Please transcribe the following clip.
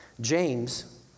James